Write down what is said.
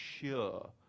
sure